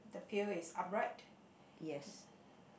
yes